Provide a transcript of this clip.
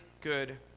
good